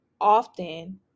often